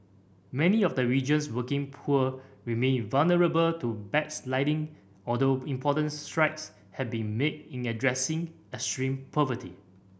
many of the region's working poor remain vulnerable to backsliding although important strides have been made in addressing extreme poverty